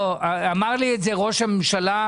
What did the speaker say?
אמר לי את זה ראש הממשלה,